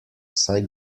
saj